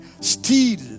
steal